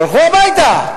תלכו הביתה.